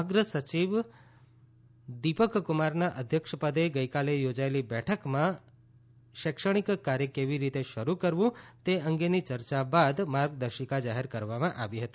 અગ્ર સચિવ દિપક કુમારના અધ્યક્ષપદે ગઇકાલે યોજાયેલી બેઠકમાં શૈક્ષણિક કાર્ય કેવી રીતે શરૂ કરવુ તે અંગેની ચર્ચા બાદ માર્ગદર્શિકા જાહેર કરવામાં આવી હતી